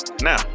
Now